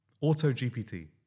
Auto-GPT